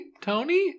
Tony